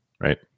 right